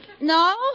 No